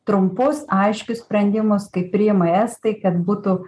trumpus aiškius sprendimus kaip priima estai kad būtų